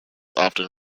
often